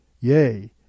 Yea